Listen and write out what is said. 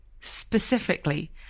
specifically